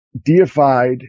Deified